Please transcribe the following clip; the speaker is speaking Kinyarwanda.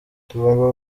tugomba